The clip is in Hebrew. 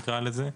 נקרא לזה,